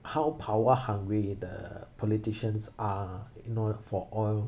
how power-hungry the politicians are you know for oil